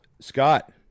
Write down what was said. scott